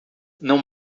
não